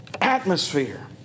atmosphere